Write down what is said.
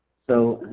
so,